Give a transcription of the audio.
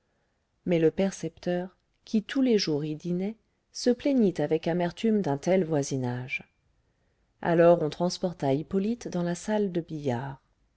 mais le percepteur qui tous les jours y dînait se plaignit avec amertume d'un tel voisinage alors on transporta hippolyte dans la salle de billard